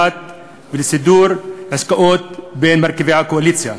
ולסידור עסקאות בין מרכיבי הקואליציה.